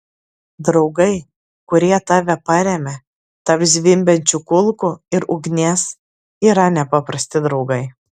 draugai kurie tave parėmė tarp zvimbiančių kulkų ir ugnies yra nepaprasti draugai